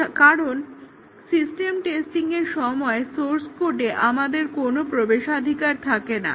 তার কারণ সিস্টেম টেস্টিংয়ের সময় সোর্স কোডে আমাদের কোনো প্রবেশাধিকার থাকেনা